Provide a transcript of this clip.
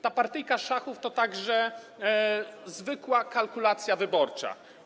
Ta partyjka szachów to także zwykła kalkulacja wyborcza.